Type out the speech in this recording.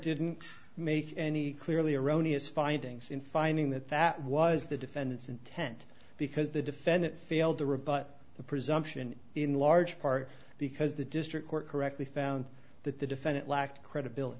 didn't make any clearly erroneous findings in finding that that was the defendant's intent because the defendant failed to rebut the presumption in large part because the district court correctly found that the defendant lacked credibility